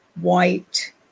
white